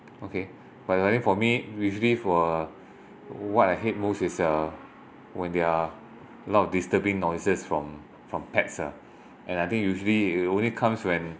okay but i think for me usually for uh what I hate most is uh when there are a lot of disturbing noises from from pets ah and I think usually it only comes when